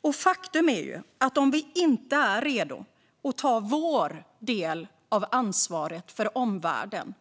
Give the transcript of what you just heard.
Vad händer om vi inte är redo att ta vår del av ansvaret för omvärlden?